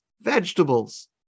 vegetables